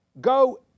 Go